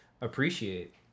appreciate